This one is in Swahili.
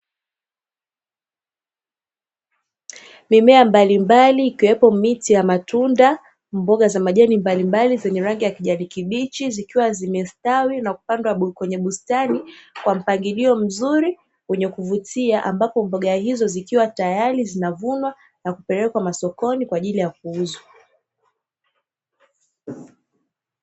Mimea mbalimbali, ikiwepo miti ya matunda, mboga za majani mbalimbali zenye rangi ya kijani kibichi; zikiwa zimestawi na kupandwa kwenye bustani kwa mpangilio mzuri wenye kuvutia, ambapo mboga hizo zikiwa tayari, zinavunwa na kupelekwa masokoni kwa ajili ya kuuzwa.